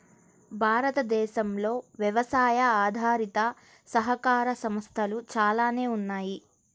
భారతదేశంలో వ్యవసాయ ఆధారిత సహకార సంస్థలు చాలానే ఉన్నాయి